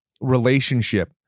relationship